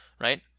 right